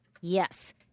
Yes